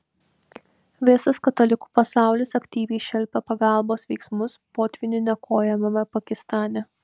visas katalikų pasaulis aktyviai šelpia pagalbos veiksmus potvynių niokojamame pakistane